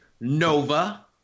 Nova